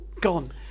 gone